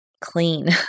clean